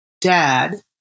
dad